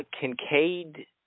Kincaid